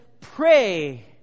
pray